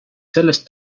sellest